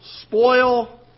spoil